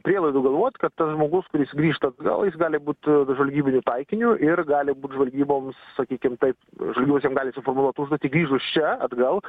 prielaidų galvot kad tas žmogus kuris grįžta atgal jis gali būt žvalgybiniu taikiniu ir gali būt žvalgyboms sakykim taip žvalgybos jam gali suformuluot užduotį grįžus čia atgal